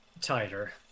tighter